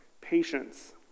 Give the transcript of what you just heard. patience